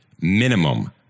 minimum